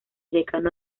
decano